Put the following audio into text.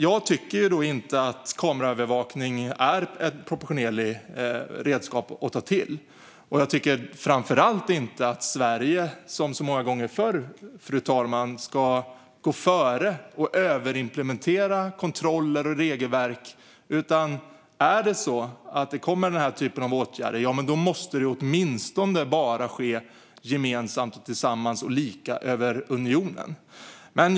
Jag tycker inte att kameraövervakning är ett proportionerligt redskap att ta till. Jag tycker framför allt inte att Sverige som så många gånger förr ska gå före och överimplementera kontroller och regelverk. Om den här typen av åtgärder kommer måste det åtminstone bara ske gemensamt, tillsammans och lika över unionen. Fru talman!